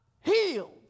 healed